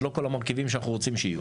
זה לא כל המרכיבים שאנחנו רוצים שיהיו.